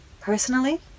personally